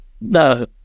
No